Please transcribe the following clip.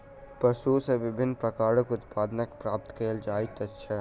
पशु सॅ विभिन्न प्रकारक उत्पाद प्राप्त कयल जाइत छै